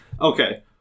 Okay